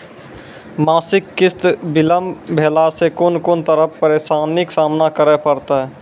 मासिक किस्त बिलम्ब भेलासॅ कून कून तरहक परेशानीक सामना करे परतै?